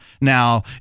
Now